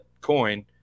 coin